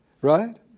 right